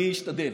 אני אשתדל.